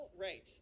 right